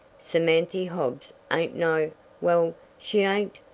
samanthy hobbs ain't no well, she ain't,